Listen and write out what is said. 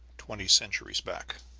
twenty centuries back.